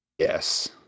Yes